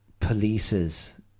polices